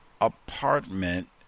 apartment